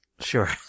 Sure